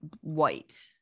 white